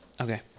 Okay